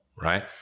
right